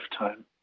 lifetime